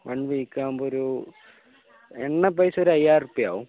one week ആവുമ്പോഴൊരു എണ്ണപ്പൈസ ഒരു അയ്യായിറുപ്പ്യ ആവും